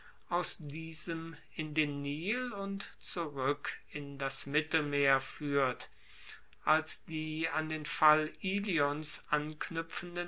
aus diesem in den nil und zurueck in das mittelmeer fuehrt als die an den fall ilions anknuepfenden